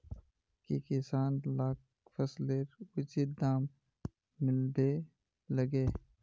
की किसान लाक फसलेर उचित दाम मिलबे लगे?